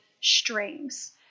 strings